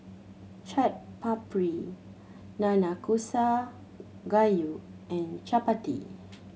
Chaat Papri Nanakusa Gayu and Chapati